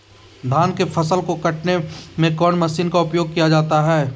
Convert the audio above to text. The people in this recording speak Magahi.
धान के फसल को कटने में कौन माशिन का उपयोग किया जाता है?